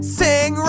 sing